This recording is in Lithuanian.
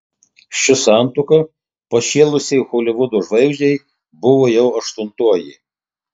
ši santuoka pašėlusiai holivudo žvaigždei buvo jau aštuntoji